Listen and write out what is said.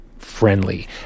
friendly